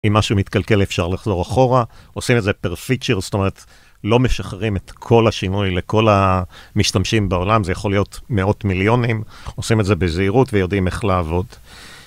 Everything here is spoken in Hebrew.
אם משהו מתקלקל אפשר לחזור אחורה, עושים את זה פר פיצ'ר, זאת אומרת, לא משחררים את כל השינוי לכל המשתמשים בעולם, זה יכול להיות מאות מיליונים, עושים את זה בזהירות ויודעים איך לעבוד.